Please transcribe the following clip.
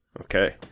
Okay